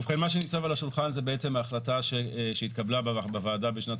ובכן מה שניצב על השולחן זה ההחלטה שהתקבלה בוועדה בשנת